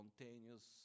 spontaneous